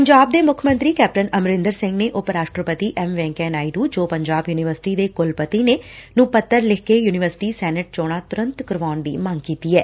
ਪੰਜਾਬ ਦੇ ਮੁੱਖ ਮੰਤਰੀ ਕੈਪਟਨ ਅਮਰਿੰਦਰ ਸਿੰਘ ਨੇ ਉਪ ਰਾਸਟਰਪਤੀ ਐਮ ਵੈਂਕਈਆ ਨਾਇਡੁ ਜੋ ਪੰਜਾਬ ਯੁਨੀਵਰਸਿਟੀ ਦੇ ਕੁਲਪਤੀ ਨੇ ਨੂੰ ਪੱਤਰ ਲਿਖ ਕੇ ਯੂਨੀਵਰਸਿਟੀ ਸੈਨੇਟ ਚੋਣਾਂ ਤੁਰੰਤ ਕਰਵਾਉਣ ਦੀ ਮੰਗ ਕੀਤੀ ਐ